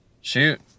shoot